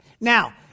Now